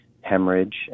hemorrhage